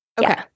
okay